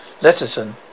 Letterson